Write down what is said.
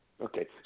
Okay